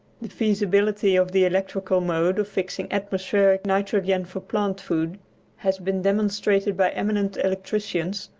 the feasibility of the electrical mode of fixing atmospheric nitrogen for plant-food has been demonstrated by eminent electricians,